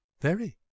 very